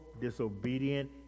disobedient